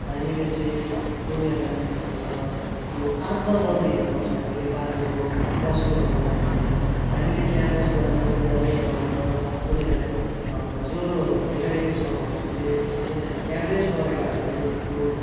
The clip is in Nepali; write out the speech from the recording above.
हामीले चाहिँ उनीहरूलाई चाहिँ अँ त्यो आत्माबल दिनुपर्छ हामीले पालेको पशुहरूलाई चाहिँ हामीले केयर्लेस गऱ्यो यादै गरेन उनीहरूलाई ज्वरोहरू भइरहेको छ भने चाहिँ उनीहरूलाई केयर्लेस गरेर त्यो